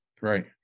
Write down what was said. right